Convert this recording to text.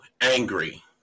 angry